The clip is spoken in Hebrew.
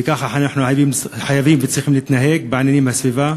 וכך אנחנו חייבים וצריכים להתנהג בענייני הסביבה.